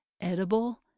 edible